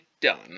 done